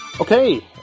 Okay